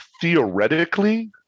theoretically